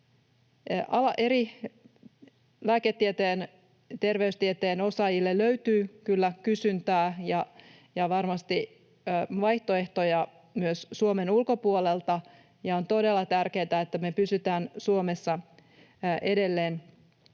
Lääketieteen, terveystieteen osaajille löytyy kyllä kysyntää ja varmasti vaihtoehtoja myös Suomen ulkopuolelta. Ja on todella tärkeätä, että me pysytään Suomessa edelleen